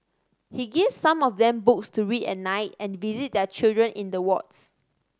he gives some of them books to read at night and visit their children in the wards